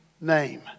name